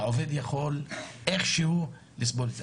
העובד יכול איכשהו לסבול,